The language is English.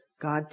God